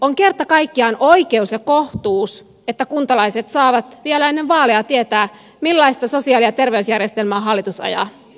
on kerta kaikkiaan oikeus ja kohtuus että kuntalaiset saavat vielä ennen vaaleja tietää millaista sosiaali ja terveysjärjestelmää hallitus ajaa